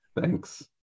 Thanks